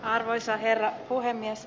arvoisa herra puhemies